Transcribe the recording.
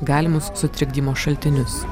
galimus sutrikdymo šaltinius